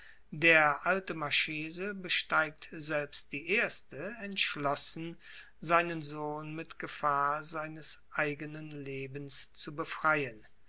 der alte marchese besteigt selbst die erste entschlossen seinen sohn mit gefahr seines eigenen lebens zu befreien